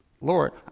Lord